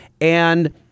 And-